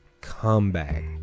comeback